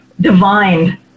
divined